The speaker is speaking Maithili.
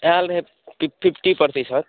आएयल रहै फिफ्टी प्रतिशत